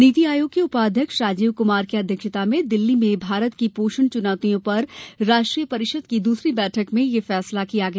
नीति आयोग के उपाध्यक्ष राजीव कुमार की अध्यक्षता में दिल्ली में मारत की पोषण चुनौतियों पर राष्ट्रीय परिषद की दूसरी बैठक में यह फैसला किया गया